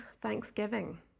thanksgiving